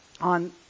on